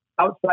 outside